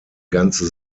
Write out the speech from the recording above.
ganze